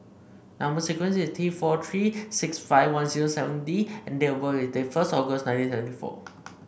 number sequence is T four three six five one zero seven D and date of birth is they first August nineteen seventy four